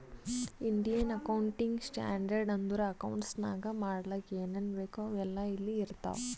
Indian accounting standard ಅಂದುರ್ accounts ನಾಗ್ ಮಾಡ್ಲಕ್ ಏನೇನ್ ಬೇಕು ಅವು ಎಲ್ಲಾ ಇಲ್ಲಿ ಇರ್ತಾವ